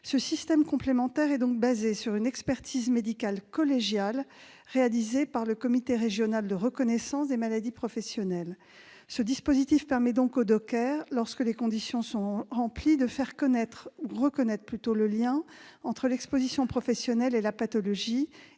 Ce système complémentaire est fondé sur une expertise médicale collégiale, réalisée par le comité régional de reconnaissance des maladies professionnelles. Ce dispositif permet donc aux dockers, lorsque les conditions sont remplies, de faire reconnaître le lien entre l'exposition professionnelle et la pathologie